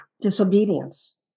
disobedience